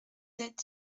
sept